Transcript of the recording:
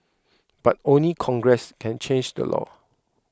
but only Congress can change the law